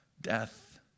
death